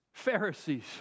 pharisees